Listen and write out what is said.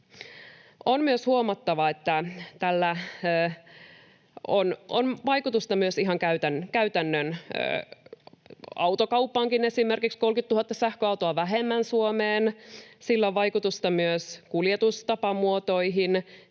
On myös huomattava, että tällä on vaikutusta myös ihan käytännön autokauppaankin, esimerkiksi 30 000 sähköautoa vähemmän Suomeen. Sillä on vaikutusta myös kuljetustapamuotoihin,